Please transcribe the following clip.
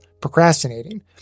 procrastinating